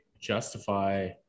justify